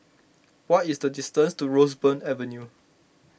what is the distance to Roseburn Avenue